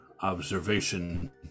observation